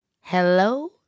Hello